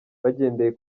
bagendeye